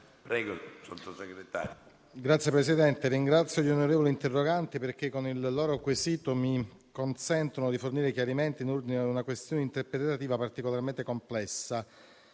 Signor Presidente, ringrazio gli onorevoli interroganti poiché con il loro quesito mi consentono di fornire chiarimenti in ordine a una questione interpretativa particolarmente complessa,